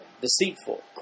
deceitful